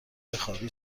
بخوابی